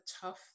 tough